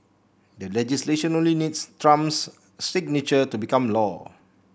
the legislation only needs Trump's signature to become law